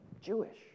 Jewish